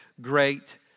great